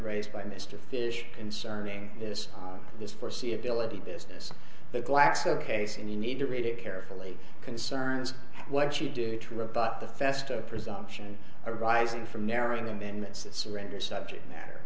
raised by mr fish concerning this this foreseeability business the glaxo case and you need to read it carefully concerns what you do to rebut the festa presumption arising from narrowing amendments that surrender subject matter